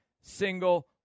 single